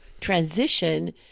transition